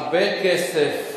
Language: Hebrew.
הרבה כסף.